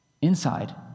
Inside